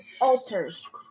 altars